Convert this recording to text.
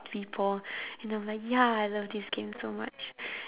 people and I'm like ya I love this game so much